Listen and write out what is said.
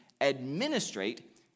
administrate